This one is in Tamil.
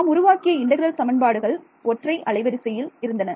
நாம் உருவாக்கிய இன்டெக்ரல் சமன்பாடுகள் ஒற்றை அலைவரிசையில் இருந்தன